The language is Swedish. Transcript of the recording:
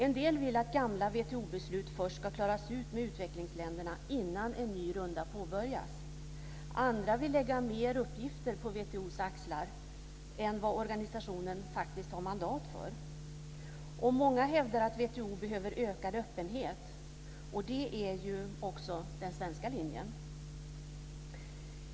En del vill att gamla WTO-beslut ska klaras ut med utvecklingsländerna innan en ny runda påbörjas. Andra vill lägga fler uppgifter på WTO:s axlar än vad organisationen har mandat för. Många hävdar att WTO behöver ökad öppenhet - det är också den svenska linjen.